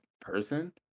person